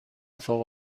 فوق